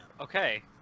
Okay